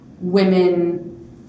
women